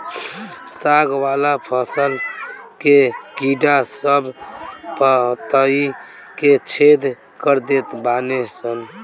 साग वाला फसल के कीड़ा सब पतइ के छेद कर देत बाने सन